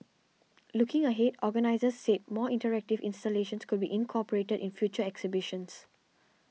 looking ahead organisers said more interactive installations could be incorporated in future exhibitions